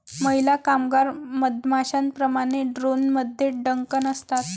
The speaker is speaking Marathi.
महिला कामगार मधमाश्यांप्रमाणे, ड्रोनमध्ये डंक नसतात